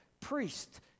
priest